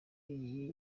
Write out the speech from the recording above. iyi